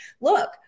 Look